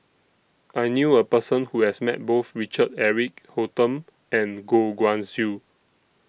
I knew A Person Who has Met Both Richard Eric Holttum and Goh Guan Siew